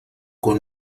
con